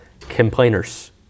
complainers